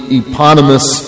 eponymous